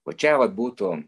va čia vat būtų